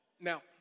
Now